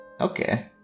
Okay